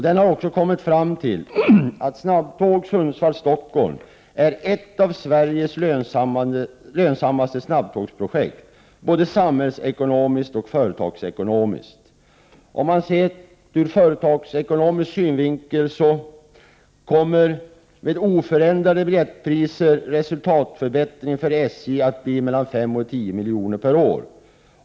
Den har också kommit fram till att snabbtåg Sundsvall — Stockholm är ett av Sveriges lönsammaste snabbtågsprojekt, både samhällsekonomiskt och företagsekonomiskt. Från företagsekonomisk synpunkt kommer resultatförbättringen för SJ med oförändrade priser att bli mellan 5 och 10 miljoner per år.